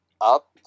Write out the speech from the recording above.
up